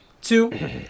two